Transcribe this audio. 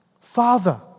father